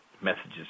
messages